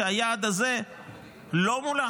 שהיעד הזה לא מולא